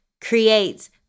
creates